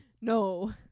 No